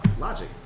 Logic